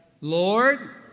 Lord